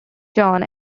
john